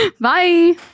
Bye